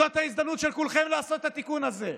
זאת ההזדמנות של כולכם לעשות את התיקון הזה.